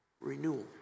renewal